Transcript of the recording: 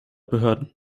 behörden